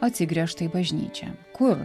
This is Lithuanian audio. atsigręžta į bažnyčią kur